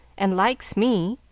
and likes me,